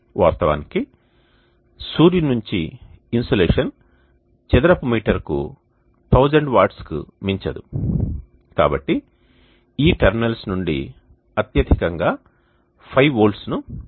వాస్తవానికి సూర్యుని నుండి ఇన్సోలేషన్ చదరపు మీటరు కి 1000 వాట్లకు మించదు కాబట్టి మీరు ఈ టెర్మినల్స్ నుండి అత్యధికంగా 5 V ను పొందుతారు